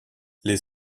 les